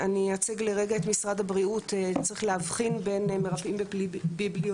אני אייצג לרגע את משרד הבריאות צריך להבחין בין מרפאים בביבליותרפיה